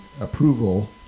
approval